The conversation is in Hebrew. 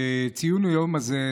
ציון היום הזה,